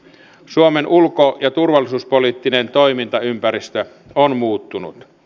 suomen ulko ja turvallisuuspoliittinen toimintaympäristö on muuttunut